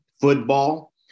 football